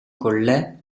கொல்ல